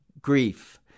grief